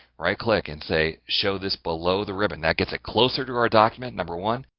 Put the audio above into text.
right-click and say show this below the ribbon. that gets it closer to our document, number one,